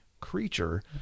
creature